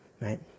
right